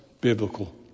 biblical